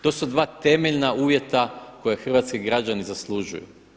To su dva temeljna uvjeta koje hrvatski građani zaslužuju.